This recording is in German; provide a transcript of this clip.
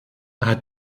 hat